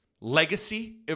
legacy